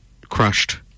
crushed